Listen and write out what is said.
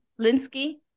Linsky